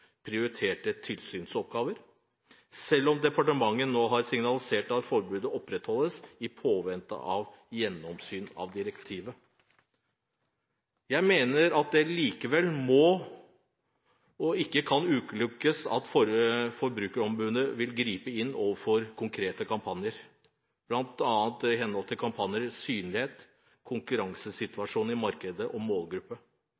prioriterte tilsynsoppgaver, selv om departementet nå har signalisert at forbudet opprettholdes i påvente av gjennomsyn av direktivet.» Jeg mener at det likevel ikke kan utelukkes at Forbrukerombudet vil gripe inn overfor konkrete kampanjer, med hensyn til bl.a. kampanjenes synlighet,